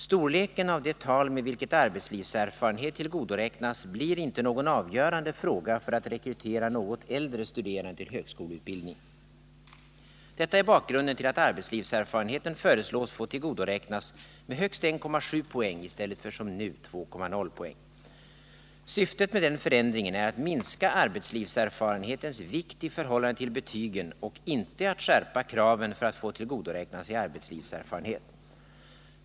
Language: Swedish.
Storleken av det tal med vilket arbetslivserfarenhet tillgodoräknas blir inte någon avgörande fråga för att rekrytera något äldre studerande till högskoleutbildning. Detta är bakgrunden till att arbetslivserfarenheten föreslås få tillgodoräknas med högst 1,7 poäng i stället för som nu 2,0 poäng. Syftet med den förändringen är att minska arbetslivserfarenhetens vikt i förhållande till betygen och inte att skärpa kraven för att få tillgodoräkna sig arbetslivserfarenhet.